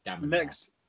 next